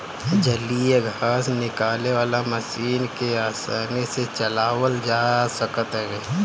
जलीय घास निकाले वाला मशीन के आसानी से चलावल जा सकत हवे